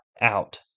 out